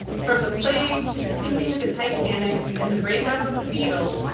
from the plague to the sinking of the titanic and the breakup of the beatles,